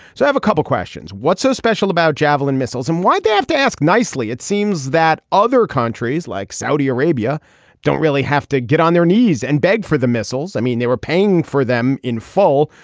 so have a couple of questions. what's so special about javelin missiles and why do i have to ask nicely it seems that other countries like saudi arabia don't really have to get on their knees and beg for the missiles. i mean they were paying for them in full.